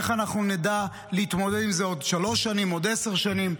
איך אנחנו נדע להתמודד עם זה עוד שלוש שנים או עוד עשר שנים.